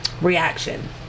reaction